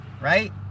right